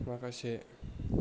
माखासे